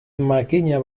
makina